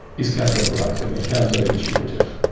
it's counterproductive and counterintuitive.